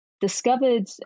discovered